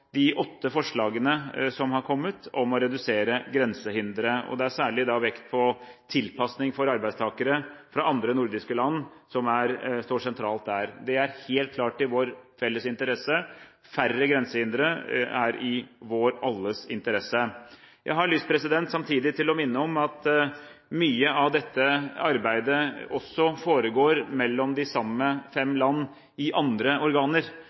tilpasning for arbeidstakere fra andre nordiske land som står sentralt her. Det er helt klart i vår felles interesse – færre grensehindre er i alles interesse. Jeg har samtidig lyst til å minne om at mye av dette arbeidet også foregår mellom de samme fem land i andre organer.